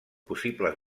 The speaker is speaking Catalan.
possibles